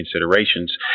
Considerations